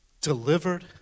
delivered